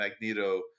Magneto –